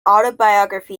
autobiography